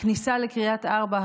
כניסה לקריית ארבע,